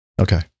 Okay